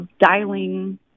dialing